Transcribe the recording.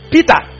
Peter